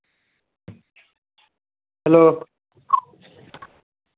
hello